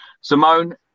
Simone